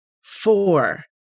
Four